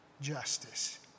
justice